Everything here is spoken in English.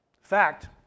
fact